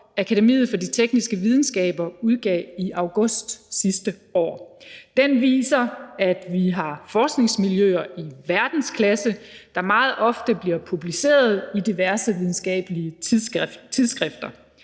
Akademiet for de Tekniske Videnskaber udgav i august sidste år. Den viser, at vi har forskningsmiljøer i verdensklasse, hvis resultater meget ofte bliver publiceret i diverse videnskabelige tidsskrifter,